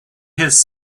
has